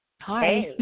Hi